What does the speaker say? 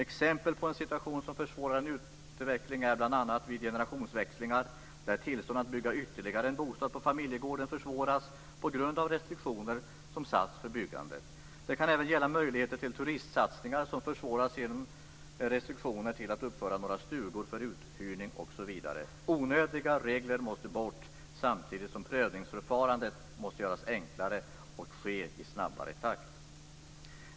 Exempel på en situation som försvårar en utveckling är bl.a. generationsväxlingar, där tillstånd att bygga ytterligare en bostad på familjegården försvåras på grund av restriktioner som satts för byggandet. Det kan även gälla möjligheter till turistsatsningar som försvåras genom att restriktioner till att uppföra några stugor för uthyrning finns osv. Onödiga regler måste bort, samtidigt som prövningsförfarandet måste göras enklare och ske i snabbare takt.